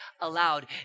aloud